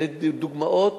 אלה דוגמאות